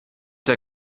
der